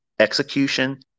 Execution